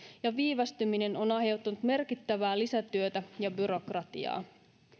ja viivästyminen on aiheuttanut merkittävää lisätyötä ja byrokratiaa